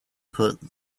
put